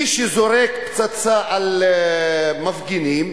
מי שזורק פצצה על מפגינים,